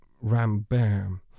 rambert